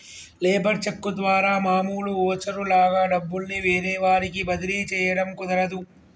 labour cheque ద్వారా మామూలు voucher లాగా డబ్బుల్ని వేరే వారికి బదిలీ చేయడం కుదరదు